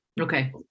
Okay